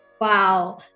Wow